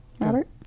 Robert